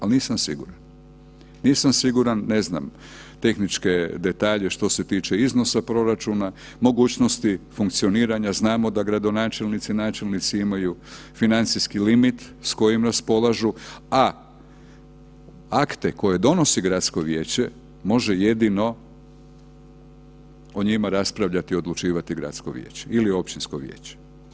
Ali, nisam siguran, nisam siguran, ne znam tehničke detalje što se tiče iznosa proračuna, mogućnosti funkcioniranja, znamo da gradonačelnici i načelnici imaju financijski limit s kojim raspolažu, a akte koje donosi gradsko vijeće može jedino o njima raspravljati i odlučivati gradsko vijeće ili općinsko vijeće.